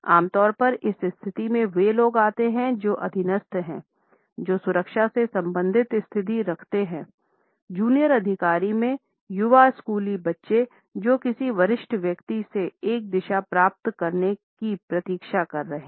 आम तौर परइस स्थिति में वे लोग आते हैं जो अधीनस्थ हैं जो सुरक्षा से संबंधित स्थिति रखते हैंजूनियर अधिकारियों में युवा स्कूली बच्चे जो किसी वरिष्ठ व्यक्ति से एक दिशा प्राप्त करने की प्रतीक्षा कर रहे हैं